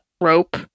rope